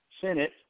senate